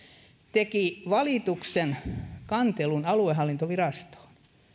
teki valituksen kantelun aluehallintovirastoon